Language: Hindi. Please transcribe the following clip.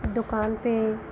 दुकान पर